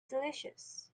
delicious